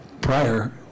prior